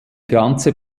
ganze